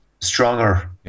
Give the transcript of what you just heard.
stronger